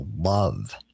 love